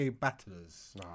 battlers